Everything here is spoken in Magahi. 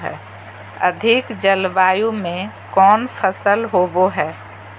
अधिक जलवायु में कौन फसल होबो है?